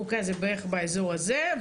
אוקיי, אז זה בערך באזור הזה.